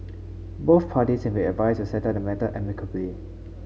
both parties have been advised to settle the matter amicably